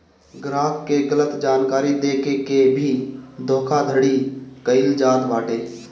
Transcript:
ग्राहक के गलत जानकारी देके के भी धोखाधड़ी कईल जात बाटे